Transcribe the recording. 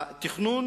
התכנון